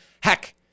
heck